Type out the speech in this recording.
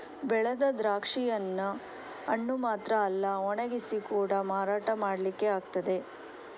ಬೆಳೆದ ದ್ರಾಕ್ಷಿಯನ್ನ ಹಣ್ಣು ಮಾತ್ರ ಅಲ್ಲ ಒಣಗಿಸಿ ಕೂಡಾ ಮಾರಾಟ ಮಾಡ್ಲಿಕ್ಕೆ ಆಗ್ತದೆ